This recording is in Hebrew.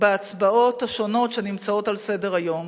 בהצבעות השונות שנמצאות על סדר-היום.